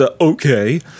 okay